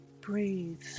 Breathe